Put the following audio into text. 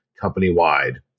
company-wide